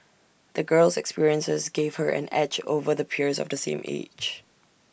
the girl's experiences gave her an edge over the peers of the same age